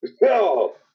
No